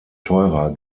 teurer